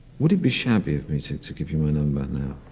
would it be shabby of me to to give you my number now?